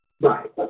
Right